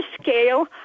scale